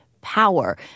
power